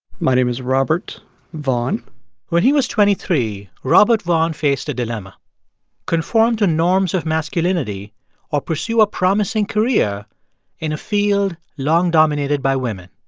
my name is robert vaughn when he was twenty three, robert vaughn faced a dilemma conform to norms of masculinity or pursue a promising career in a field long dominated by women.